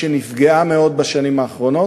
שנפגעה מאוד בשנים האחרונות,